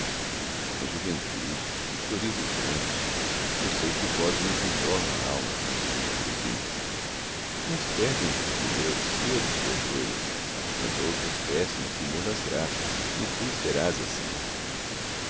na juventude no florir dos anos não sei que vozes nos entornam nalma canções de querubim uns perdem como eu cedo os verdores mas outros crescem no primor das graças e tu serás assim